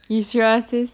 you serious sis